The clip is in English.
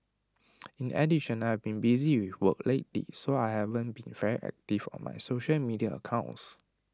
in addition I've been busy with work lately so I haven't been very active on my social media accounts